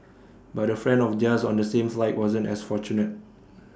but A friend of theirs on the same flight wasn't as fortunate